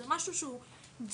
זה משהו שהוא בסיסי,